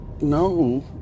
no